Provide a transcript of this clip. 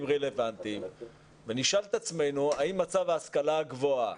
רלוונטיים ונשאל את עצמנו האם מצב ההשכלה הגבוהה,